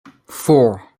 four